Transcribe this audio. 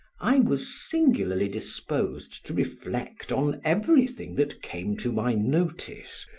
i was singularly disposed to reflect on everything that came to my notice,